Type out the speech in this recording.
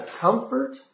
comfort